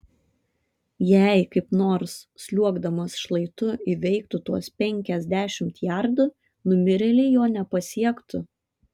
jei kaip nors sliuogdamas šlaitu įveiktų tuos penkiasdešimt jardų numirėliai jo nepasiektų